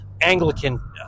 Anglican